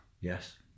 Yes